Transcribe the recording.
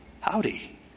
howdy